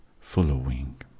following